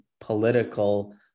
political